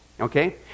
Okay